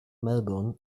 melbourne